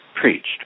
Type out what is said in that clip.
Preached